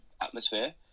atmosphere